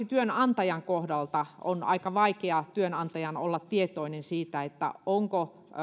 työnantajan kohdalla se että työantajan on aika vaikea olla tietoinen siitä onko